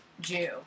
Jew